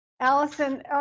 Allison